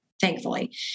thankfully